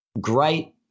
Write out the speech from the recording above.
Great